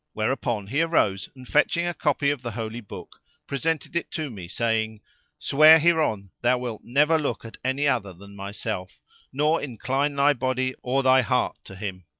whereupon he arose and fetching a copy of the holy book presented it to me saying swear hereon thou wilt never look at any other than myself nor incline thy body or thy heart to him.